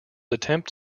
attempt